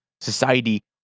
society